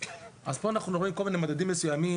פה אנחנו מדברים על כל מיני מדדים מסוימים